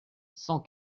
cent